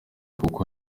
kuko